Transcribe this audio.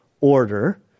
order